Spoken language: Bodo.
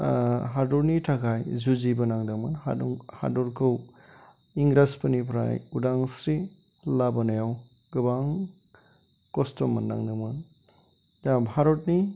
हादरनि थाखाय जुजिबोनांदोंमोन हादरखौ इंराजफोरनिफ्राय उदांस्रि लाबोनायाव गोबां खस्थ' मोननांदोंमोन दा भारतनि